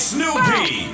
Snoopy